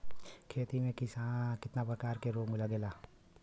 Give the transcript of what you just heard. खेती में कितना प्रकार के रोग लगेला?